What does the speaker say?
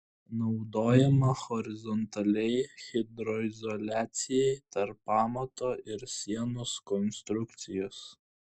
naudojama horizontaliai hidroizoliacijai tarp pamato ir sienos konstrukcijos